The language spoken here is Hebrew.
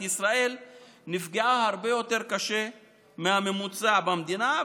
ישראל נפגעה הרבה יותר קשה מהממוצע במדינה?